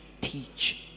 teach